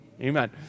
Amen